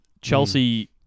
Chelsea